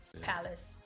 palace